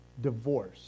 divorce